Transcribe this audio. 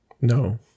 No